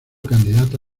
candidata